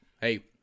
Hey